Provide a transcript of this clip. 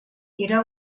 era